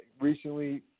Recently